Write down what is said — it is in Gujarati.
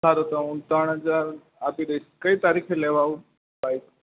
સારું તો હું ત્રણ હજાર આપી દઈશ કઈ તારીખે લેવા આવું